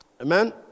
Amen